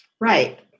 Right